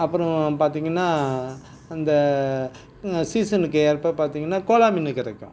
அப்புறம் பார்த்தீங்கன்னா அந்த சீசனுக்கு ஏற்ப பார்த்தீங்கன்னா கோலா மீன் கிடைக்கும்